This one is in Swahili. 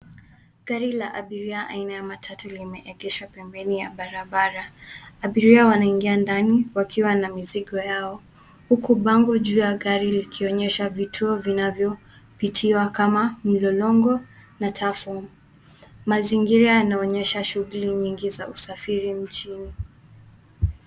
Gari la abiria aina ya matatu limeegeshwa pembeni ya barabara. Abiria wanaingia ndani wakiwa na mizigo yao huku bango juu ya gari likionyesha vituo vinavyopitiwa kama Mlolongo na Tuffoam. Mazingira yanaonyesha shughuli nyingi za usafiri nchini.